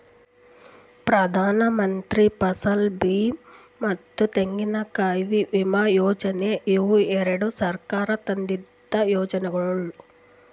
ಪ್ರಧಾನಮಂತ್ರಿ ಫಸಲ್ ಬೀಮಾ ಮತ್ತ ತೆಂಗಿನಕಾಯಿ ವಿಮಾ ಯೋಜನೆ ಇವು ಎರಡು ಸರ್ಕಾರ ತಂದಿದ್ದು ಯೋಜನೆಗೊಳ್